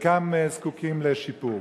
חלקם זקוקים לשיפור.